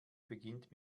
beginnt